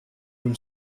from